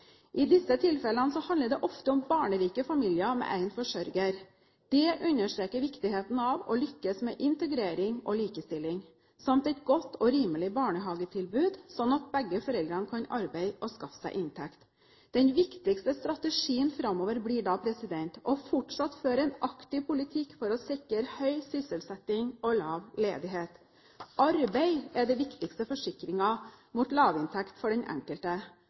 I disse tilfellene handler det ofte om barnerike familier med én forsørger. Det understreker viktigheten av å lykkes med integrering og likestilling samt et godt og rimelig barnehagetilbud, slik at begge foreldrene kan arbeide og skaffe seg inntekt. Den viktigste strategien framover blir da fortsatt å føre en aktiv politikk for å sikre høy sysselsetting og lav ledighet. Arbeid er den viktigste forsikringen mot lavinntekt for den enkelte.